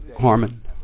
Harmon